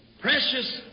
precious